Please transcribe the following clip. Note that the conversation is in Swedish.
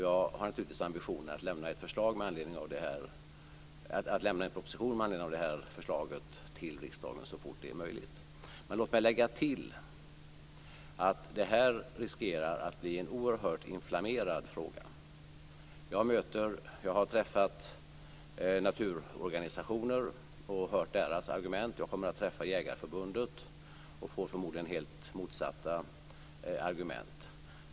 Jag har naturligtvis ambitionen att lämna en proposition med anledning av förslaget till riksdagen så fort det är möjligt. Låt mig lägga till att det riskerar att bli en oerhört inflammerad fråga. Jag har träffat naturorganisationer och hört deras argument. Jag kommer att träffa Jägareförbundet och får då förmodligen helt motsatta argument.